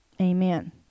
Amen